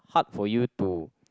hard for you to